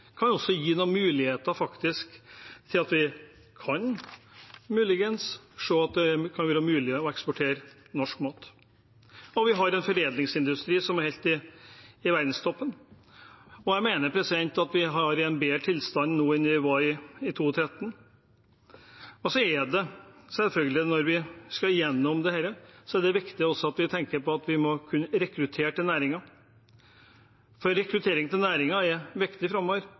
kan også gi noen muligheter, faktisk, til å eksportere norsk mat. Vi har en foredlingsindustri som er helt i verdenstoppen. Jeg mener at vi har en bedre tilstand nå enn i 2013. Når vi skal gjennom dette, er det selvfølgelig også viktig at vi tenker på at vi må kunne rekruttere til næringen, for rekruttering til næringen er viktig framover.